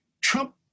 Trump